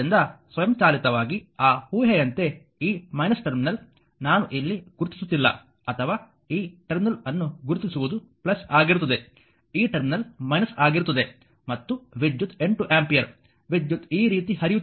ಆದ್ದರಿಂದ ಸ್ವಯಂಚಾಲಿತವಾಗಿ ಆ ಊಹೆಯಂತೆ ಈ ಟರ್ಮಿನಲ್ ನಾನು ಇಲ್ಲಿ ಗುರುತಿಸುತ್ತಿಲ್ಲ ಅಥವಾ ಈ ಟರ್ಮಿನಲ್ ಅನ್ನು ಗುರುತಿಸುವುದು ಆಗಿರುತ್ತದೆ ಈ ಟರ್ಮಿನಲ್ ಆಗಿರುತ್ತದೆ ಮತ್ತು ವಿದ್ಯುತ್ 8 ಆಂಪಿಯರ್ ವಿದ್ಯುತ್ ಈ ರೀತಿ ಹರಿಯುತ್ತಿದೆ